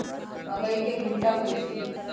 मकई के भुट्टा होई छई